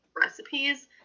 recipes